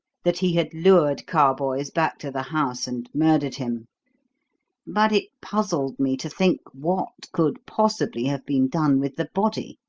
that he had lured carboys back to the house, and murdered him but it puzzled me to think what could possibly have been done with the body.